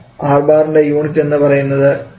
R ബാറിൻറെ unit എന്ന് പറയുന്നത് 8